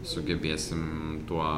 sugebėsim tuo